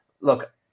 look